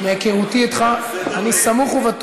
תגיד לי, למה הבאת